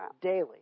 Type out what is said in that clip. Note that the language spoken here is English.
daily